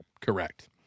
Correct